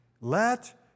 Let